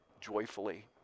joyfully